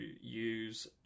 use